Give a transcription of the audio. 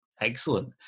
excellent